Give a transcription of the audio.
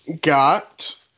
got